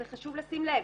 וחשוב לשים לב.